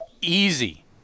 Easy